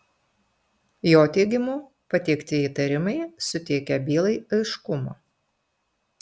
jo teigimu pateikti įtarimai suteikia bylai aiškumo